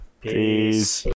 Peace